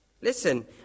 Listen